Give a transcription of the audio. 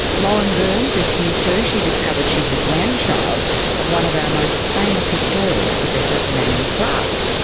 lauren burns is here too, she discovered she's the grandchild of one of our most famous historians, professor manning clark.